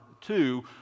two